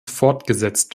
fortgesetzt